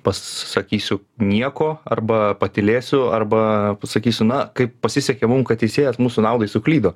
pasakysiu nieko arba patylėsiu arba pasakysiu na kaip pasisekė mum kad teisėjas mūsų naudai suklydo